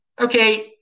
Okay